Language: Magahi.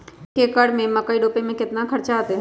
एक एकर में मकई रोपे में कितना खर्च अतै?